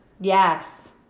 yes